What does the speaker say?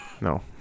No